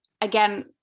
again